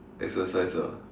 exercise ah